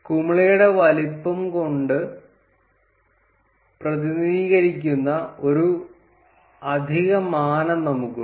കുമിളയുടെ വലുപ്പം കൊണ്ട് പ്രതിനിധീകരിക്കുന്ന ഒരു അധിക മാനം നമുക്കുണ്ട്